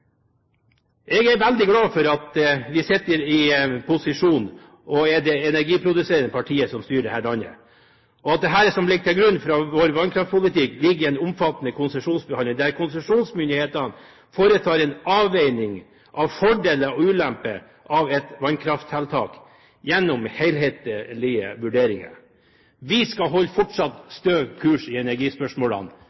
Jeg er veldig glad for at vi sitter i posisjon, at det er energiproduserende partier som styrer dette landet, og at det som ligger til grunn for vår vannkraftpolitikk, er en omfattende konsesjonsbehandling, der konsesjonsmyndighetene foretar en avveining av fordeler og ulemper av et vannkrafttiltak gjennom helhetlige vurderinger. Vi skal fortsatt holde